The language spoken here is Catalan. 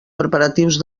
preparatius